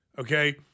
Okay